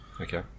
Okay